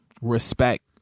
respect